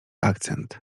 akcent